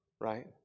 right